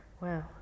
Wow